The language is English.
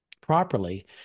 properly